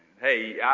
Hey